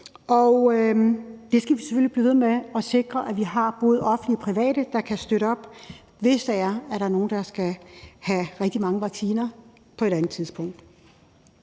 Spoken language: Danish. vi skal selvfølgelig blive ved med at sikre, at vi har både offentlige og private, der kan støtte op, hvis det er, at der er nogle, der skal have rigtig mange vaccinationer på et andet tidspunkt.